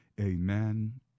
amen